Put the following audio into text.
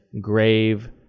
grave